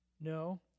no